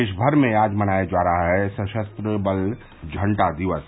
देशभर में आज मनाया जा रहा है सशस्त्र बल झंडा दिवस